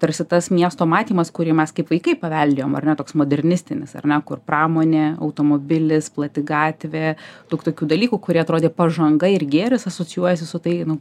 tarsi tas miesto matymas kurį mes kaip vaikai paveldėjom ar ne toks modernistinis ar ne kur pramonė automobilis plati gatvė daug tokių dalykų kurie atrodė pažanga ir gėris asocijuojasi su tai nu